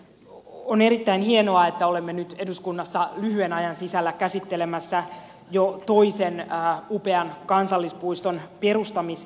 on erittäin hienoa että olemme nyt eduskunnassa lyhyen ajan sisällä käsittelemässä jo toisen upean kansallispuiston perustamisesitystä